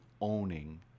owning